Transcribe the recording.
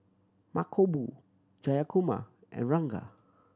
Mankombu Jayakumar and Ranga